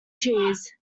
cheese